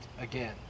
again